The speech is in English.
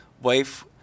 wife